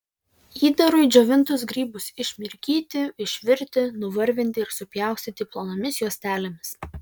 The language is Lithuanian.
įdarui džiovintus grybus išmirkyti išvirti nuvarvinti ir supjaustyti plonomis juostelėmis